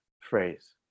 phrase